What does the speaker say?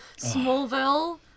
Smallville